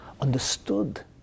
understood